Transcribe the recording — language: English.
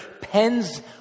pens